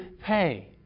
pay